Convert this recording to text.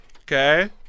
okay